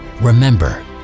Remember